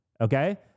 Okay